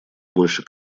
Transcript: больше